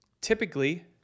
typically